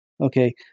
Okay